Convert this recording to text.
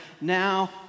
now